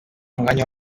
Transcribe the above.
mwanya